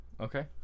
Okay